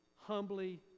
humbly